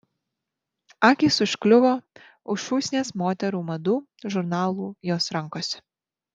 akys užkliuvo už šūsnies moterų madų žurnalų jos rankose